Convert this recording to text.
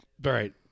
right